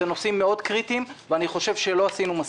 אלה נושאים קריטיים מאוד ואני חושב שלא עשינו מספיק,